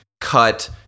cut